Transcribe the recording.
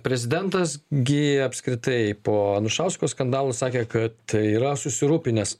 prezidentas gi apskritai po anušausko skandalo sakė kad yra susirūpinęs